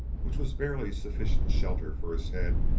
which was barely sufficient shelter for his head,